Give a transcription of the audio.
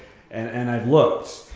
and i've looked.